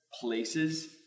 places